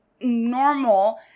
normal